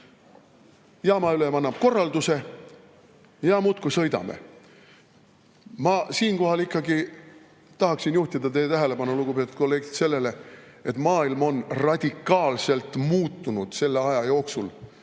jaamaülem annab korralduse ja me muudkui sõidame. Ma siinkohal ikkagi tahan juhtida teie tähelepanu, lugupeetud kolleegid, sellele, et maailm on radikaalselt muutunud selle aja jooksul,